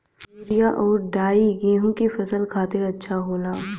urea आउर डाई गेहूं के फसल खातिर अच्छा होला